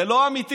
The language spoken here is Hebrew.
זה לא אמיתי,